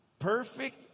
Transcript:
Perfect